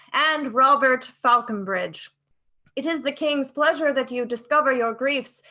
and robert falconbridge it is the king's pleasure that you discover your griefs,